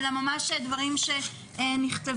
כי לא כל אחד יכול להיכנס